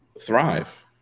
thrive